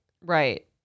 right